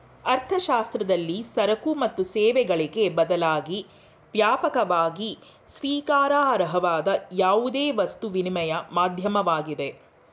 ಅರ್ಥಶಾಸ್ತ್ರದಲ್ಲಿ ಸರಕು ಮತ್ತು ಸೇವೆಗಳಿಗೆ ಬದಲಾಗಿ ವ್ಯಾಪಕವಾಗಿ ಸ್ವೀಕಾರಾರ್ಹವಾದ ಯಾವುದೇ ವಸ್ತು ವಿನಿಮಯ ಮಾಧ್ಯಮವಾಗಿದೆ